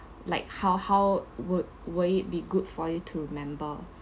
like how how would way it be good for you to remember